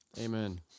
Amen